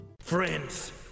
Friends